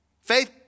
Faith